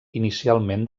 inicialment